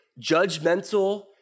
judgmental